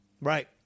Right